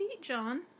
John